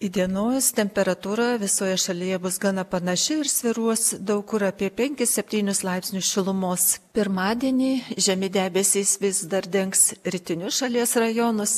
įdienojus temperatūra visoje šalyje bus gana panaši ir svyruos daug kur apie penkis septynis laipsnius šilumos pirmadienį žemi debesys vis dar dengs rytinius šalies rajonus